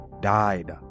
died